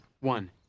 one